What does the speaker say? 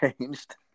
changed